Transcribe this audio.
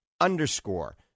underscore